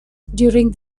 during